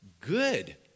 Good